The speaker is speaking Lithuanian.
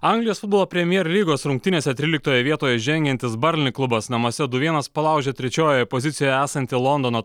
anglijos futbolo premjer lygos rungtynėse tryliktoje vietoje žengiantis barli klubas namuose du vienas palaužė trečiojoje pozicijoje esantį londono